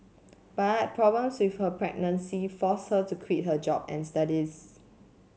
but problems with her pregnancy forced her to quit her job and studies